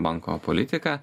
banko politika